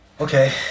Okay